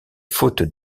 fautes